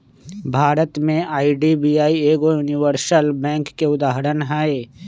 भारत में आई.डी.बी.आई एगो universal bank के उदाहरण हइ